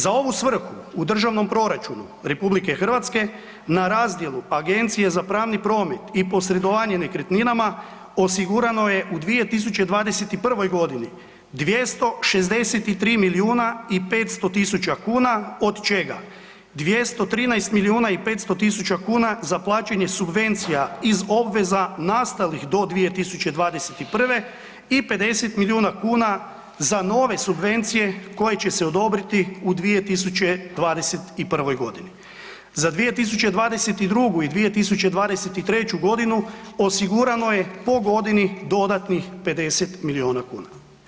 Za ovu svrhu u Državnom proračunu RH na razdjelu Agencije za pravni promet i posredovanje nekretninama osigurano je u 2021.g. 263 milijuna i 500 tisuća kuna, od čega 213 milijuna i 500 tisuća kuna za plaćanje subvencija iz obveza nastalih do 2021. i 50 milijuna kuna za nove subvencije koje će se odobriti u 2021.g. Za 2022. i 2023.g. osigurano je po godini dodatnih 50 milijuna kuna.